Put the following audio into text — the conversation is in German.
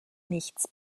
nichts